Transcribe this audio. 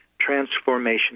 transformation